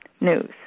news